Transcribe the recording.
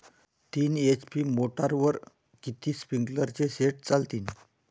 तीन एच.पी मोटरवर किती स्प्रिंकलरचे सेट चालतीन?